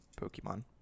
Pokemon